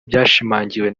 byashimangiwe